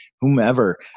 Whomever